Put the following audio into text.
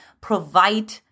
provide